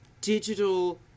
digital